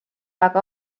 aga